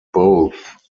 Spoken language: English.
both